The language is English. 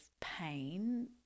pain